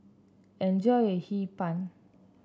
enjoy your Hee Pan